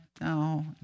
No